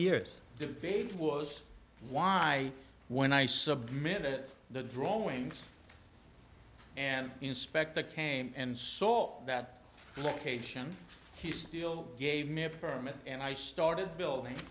defeat was why when i submit the drawings and inspect the came and saw that location he still gave me a permit and i started building